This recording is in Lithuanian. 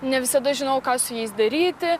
ne visada žinojau ką su jais daryti